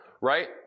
right